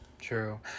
true